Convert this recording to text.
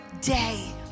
day